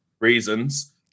reasons